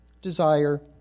desire